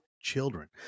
children